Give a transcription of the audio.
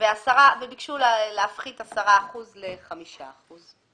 ביקשו להפחית 10 אחוזים ל-5 אחוזים.